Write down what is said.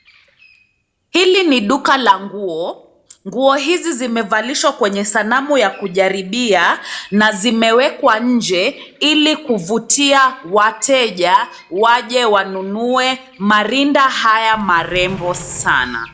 Hili ni duka la nguo. Nguo hizi zimevalishwa kwenye sanamu ya kujaribia, na zimewekwa nje, ilikuvutia wateja, waje wanunue, marinda haya marembo sana.